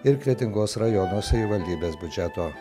ir kretingos rajono savivaldybės biudžeto